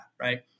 Right